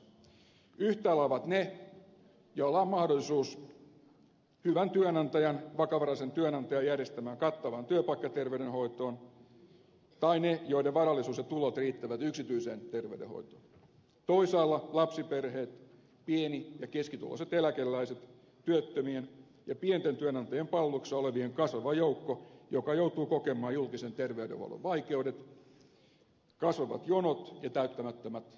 yhtäällä ovat ne joilla on mahdollisuus hyvän työnantajan vakavaraisen työnantajan järjestämään kattavaan työpaikkaterveydenhoitoon tai ne joiden varallisuus ja tulot riittävät yksityiseen terveydenhoitoon toisaalla lapsiperheet pieni ja keskituloiset eläkeläiset työttömien ja pienten työnantajien palveluksessa olevien kasvava joukko joka joutuu kokemaan julkisen terveydenhoidon vaikeudet kasvavat jonot ja täyttämättömät lääkärinvirat